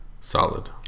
solid